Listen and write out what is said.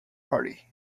party